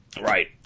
Right